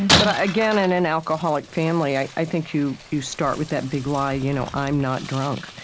but again, in an alcoholic family, i i think you you start with that big lie, you know i'm not drunk.